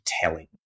telling